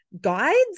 guides